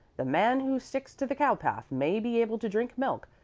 the man who sticks to the cowpath may be able to drink milk,